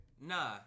Nah